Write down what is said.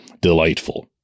delightful